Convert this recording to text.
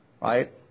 right